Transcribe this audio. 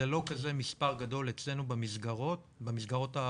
זה לא כזה מספר גדול אצלנו במסגרות המסובסדות,